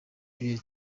pierre